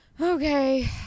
Okay